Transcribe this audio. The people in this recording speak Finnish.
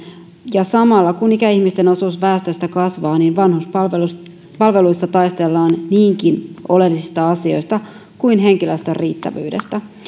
ja samalla kun ikäihmisten osuus väestöstä kasvaa vanhuspalveluissa taistellaan niinkin oleellisista asioista kuin henkilöstön riittävyydestä